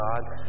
God